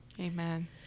Amen